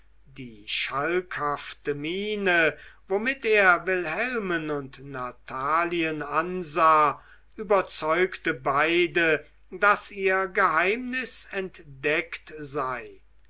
die schalkhafte miene womit er wilhelmen und natalien ansah überzeugten beide daß ihr geheimnis entdeckt sei